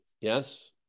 Yes